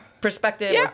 perspective